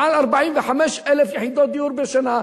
מעל 45,000 יחידות דיור בשנה,